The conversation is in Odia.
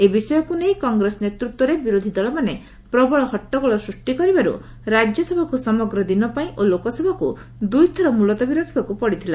ଏ ବିଷୟକୁ ନେଇ କଂଗ୍ରେସ ନେତୃତ୍ୱରେ ବିରୋଧୀ ଦଳମାନେ ପ୍ରବଳ ହଟ୍ଟଗୋଳ ସୃଷ୍ଟି କରିବାରୁ ରାଜ୍ୟସଭାକୁ ସମଗ୍ର ଦିନ ପାଇଁ ଲୋକସଭାକୁ ଦୁଇ ଥର ମୁଲତବୀ ରଖିବାକୁ ପଡ଼ିଥିଲା